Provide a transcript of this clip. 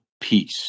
peace